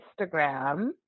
Instagram